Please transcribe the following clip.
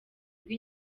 bwa